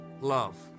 love